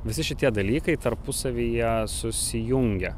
visi šitie dalykai tarpusavyje susijungia